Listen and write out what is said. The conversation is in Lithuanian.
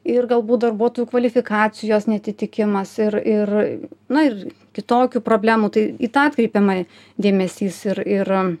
ir galbūt darbuotojų kvalifikacijos neatitikimas ir ir na ir kitokių problemų tai į tą atkreipiama dėmesys ir ir